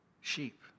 sheep